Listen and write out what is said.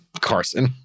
Carson